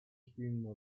spielen